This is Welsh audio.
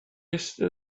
estyn